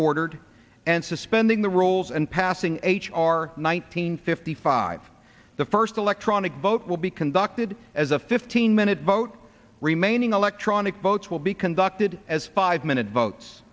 ordered and suspending the rolls and passing h r nine hundred fifty five the first electronic vote will be conducted as a fifteen minute vote remaining electronic votes will be conducted as five minute votes